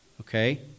okay